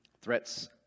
threats